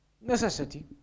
necessity